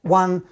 one